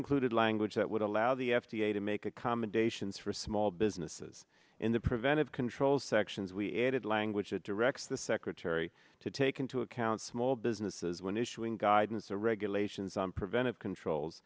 included language that would allow the f d a to make accommodations for small businesses in the preventive controls sections we added language that directs the secretary to take into account small businesses when issuing guidance or regulations on preventive controls